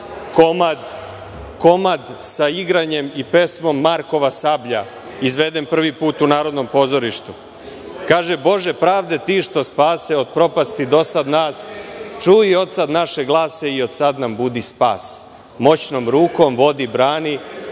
komad sa igranjem i pesmom "Markova sablja", izveden prvi put u Narodnom pozorištu. Kaže: "Bože pravde, ti što spase od propasti do sad nas, čuj i od sad naše glase i od sad nam budi spas. Moćnom rukom vodi, brani,